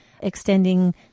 extending